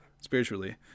spiritually